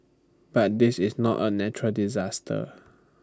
but this is not A natural disaster